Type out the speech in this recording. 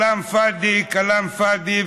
כלאם פאדי כלאם פאדי,